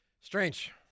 Strange